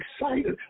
excited